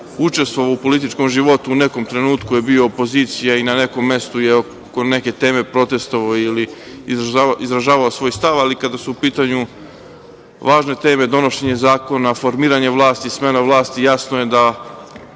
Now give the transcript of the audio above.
učestvovao u političkom životu u nekom trenutku je bio opozicija i na nekom mestu i oko neke teme je protestvovao ili izražavao svoj stav, ali kada su u pitanju važne teme, donošenje zakona, formiranje vlasti, smena vlasti, jasno je da